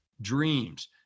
dreams